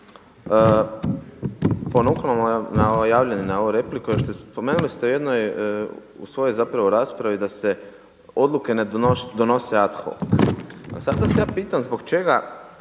ponukani na ovo javljanje na ovu repliku, spomenuli ste u jednoj, u svojoj zapravo raspravi da se odluke ne donose ad hoc. Sad vas ja pitam zbog čega